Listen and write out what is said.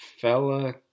Fella